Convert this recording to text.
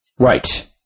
Right